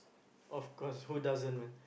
of course who doesn't want